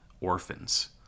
orphans